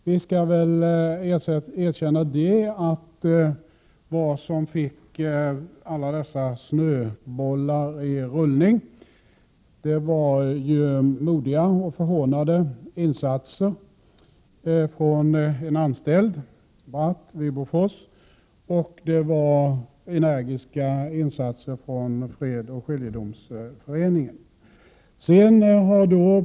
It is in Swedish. Vi skall väl erkänna att det som fick alla dessa snöbollar att rulla var modiga och förhånande insatser från en anställd vid Bofors och energiska insatser från Svenska Fredsoch Skiljedomsföreningen.